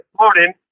morning